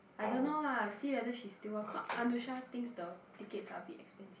I don't know lah see whether she still want cause Anusha thinks the tickets are a bit expensive